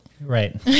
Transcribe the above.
Right